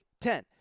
Ten